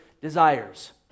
desires